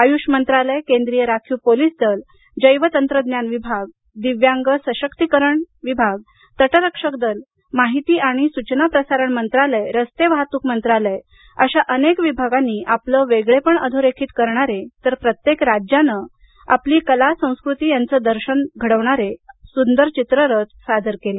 आयुष मंत्रालय केंद्रीय राखीव पोलीस दल जैव तंत्रज्ञान विभाग दिव्याग सशक्तीकरण विभागतटरक्षक दिनमाहिती आणि सूचना प्रसारण मंत्रालय रस्ते वाहतूक मंत्रालय अशा अनेक विभागांनी आपलं वेगळेपण अधोरेखित करणारे तर प्रत्येक राज्यांन आपली कला संस्कृतीचं दर्शन घडविणारे अत्यंत सुंदर चित्ररथ सादर केले